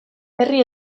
herri